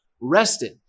rested